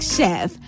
Chef